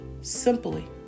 simply